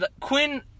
Quinn